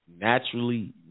naturally